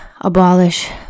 abolish